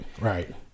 right